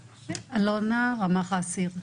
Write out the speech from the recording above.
אלונה, רמ"ח האסיר.